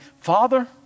Father